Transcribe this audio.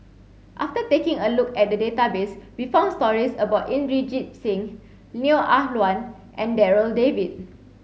after taking a look at the database we found stories about Inderjit Singh Neo Ah Luan and Darryl David